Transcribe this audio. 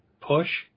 push